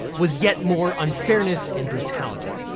was yet more unfairness and brutality.